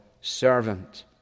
servant